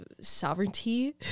sovereignty